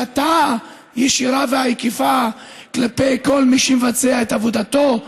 הסתה ישירה ועקיפה כלפי כל מי שמבצע את עבודתו,